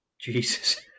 jesus